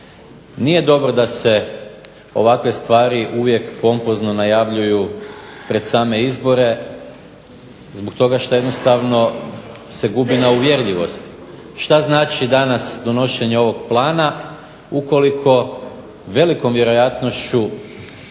Nije dobro da se ovakve stvari uvijek pompozno najavljuju pred same izbore, zbog toga što jednostavno se gubi na uvjerljivosti. Što znači danas donošenje ovog plana ukoliko velikom vjerojatnošću